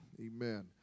Amen